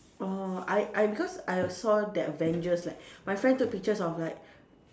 err I I because I saw the Avengers like my friends took pictures of like